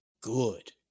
good